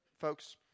folks